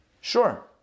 sure